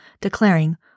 declaring